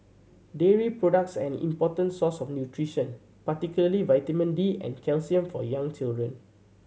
dairy products are an important source of nutrition particularly vitamin D and calcium for young children